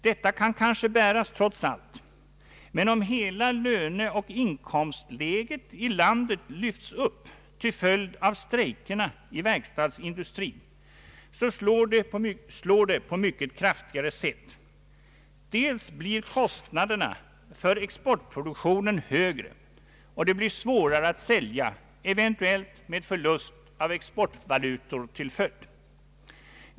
Detta kan kanske bäras trots allt, men om hela löneoch inkomstläget i landet lyfts upp till följd av strejkerna i verkstadsindustrin så slår det på mycket kraftigare sätt. Dels blir kostnaderna för exportproduktionen högre, och det blir svårare att sälja, eventuellt med förlust av exportvalutor till följd.